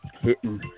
hitting